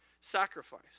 Sacrifice